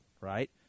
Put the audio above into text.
right